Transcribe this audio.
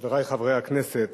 חברי חברי הכנסת,